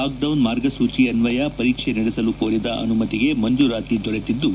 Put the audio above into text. lock down ಮಾರ್ಗಸೂಚಿ ಅನ್ವಯ ಪರೀಕ್ಷೆ ನಡೆಸಲು ಕೋರಿದ ಅನುಮತಿಗೆ ಮಂಜೂರಾತಿ ದೊರೆತಿದ್ದು